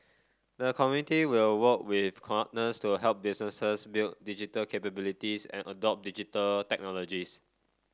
the committee will work with partners to help businesses build digital capabilities and adopt Digital Technologies